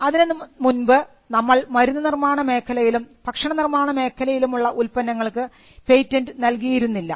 അതിനുമുൻപ് നമ്മൾ മരുന്നു നിർമ്മാണ മേഖലയിലും ഭക്ഷണ നിർമ്മാണ മേഖലയിലും ഉള്ള ഉൽപന്നങ്ങൾക്ക് പേറ്റന്റ് നൽകിയിരുന്നില്ല